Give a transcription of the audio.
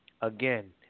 again